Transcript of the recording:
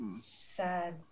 Sad